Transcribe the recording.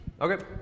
Okay